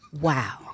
Wow